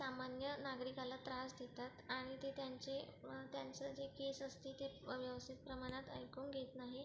सामान्य नागरिकाला त्रास देतात आणि ते त्यांचे वा त्यांचं जे केस असते ते व्यवस्थित प्रमाणात ऐकून घेत नाही